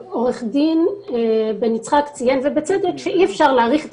עורך-הדין בן-יצחק ציין בצדק שאי-אפשר להאריך את